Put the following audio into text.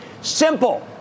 Simple